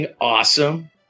awesome